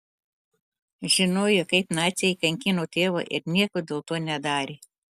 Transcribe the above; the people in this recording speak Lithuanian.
žinojo kaip naciai kankino tėvą ir nieko dėl to nedarė